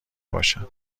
باشد